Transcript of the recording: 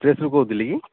ପ୍ରେସ୍ରୁ କହୁଥିଲେ କି